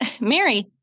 Mary